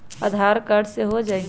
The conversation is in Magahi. आधार कार्ड से हो जाइ?